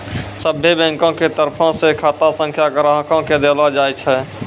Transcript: सभ्भे बैंको के तरफो से खाता संख्या ग्राहको के देलो जाय छै